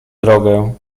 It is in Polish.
drogę